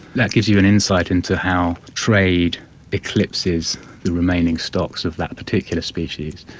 that gives you an insight into how trade eclipses the remaining stocks of that particular species.